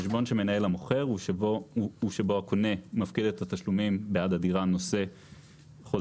- חשבון שמנהל המוכר ושבו הקונה מפקיד את התשלומים בעד הדירה נושא חוזה